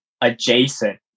adjacent